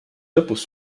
lõpus